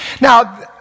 Now